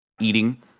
eating